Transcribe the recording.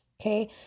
Okay